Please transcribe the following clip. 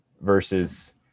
versus